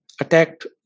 attacked